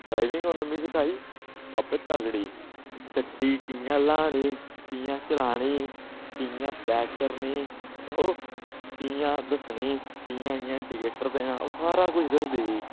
driving उन्न मिगी सखाई बाबे तगड़ी गड्डी कि'यां ल्हानी कि'यां चलानी कि'यां पैक करनी ओह् कि'यां दस्सनी कि'यां इ'यां इंडीकेटर देना ओह् सारा कुछ दस्सदी ही